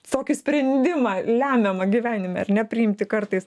tokį sprendimą lemiamą gyvenime ar ne priimti kartais